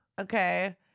Okay